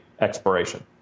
expiration